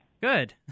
Good